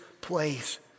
place